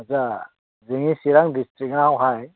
आच्चा जोंनि चिरां दिस्ट्रिक्टआवहाय